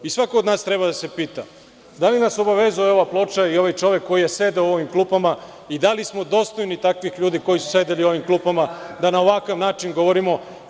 I svako od nas treba da se pita – da li nas obavezuje ova ploča i ovaj čovek koji je sedeo u ovim klupama i da li smo dostojni takvih ljudi koji su sedeli u ovim klupama da na ovakav način govorimo?